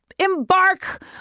embark